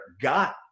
got